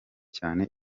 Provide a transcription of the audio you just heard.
cyane